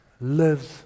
lives